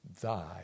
thy